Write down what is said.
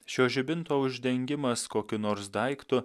šio žibinto uždengimas kokiu nors daiktu